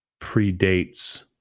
predates